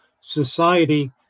society